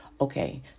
Okay